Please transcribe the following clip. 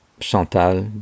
Chantal